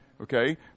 okay